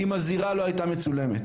אם הזירה לא הייתה מצולמת.